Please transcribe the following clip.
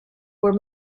were